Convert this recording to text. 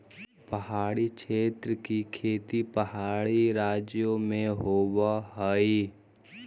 पहाड़ी क्षेत्र की खेती पहाड़ी राज्यों में होवअ हई